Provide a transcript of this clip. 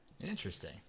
Interesting